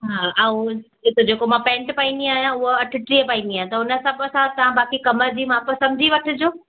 हा ऐं जेको जेको मां पेंट पाईंदी आहियां हूअ अठटीह पाईंदी आहियां हुन हिसाब सां तव्हां बाक़ी कमर जी माप समुझी वठिजो